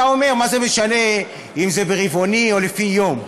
אתה אומר: מה זה משנה אם זה רבעוני או לפי יום?